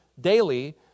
daily